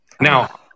Now-